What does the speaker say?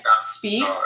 speak